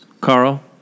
Carl